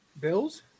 Bills